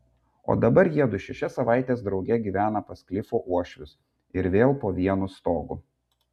o dabar jiedu šešias savaites drauge gyvena pas klifo uošvius ir vėl po vienu stogu